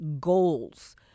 goals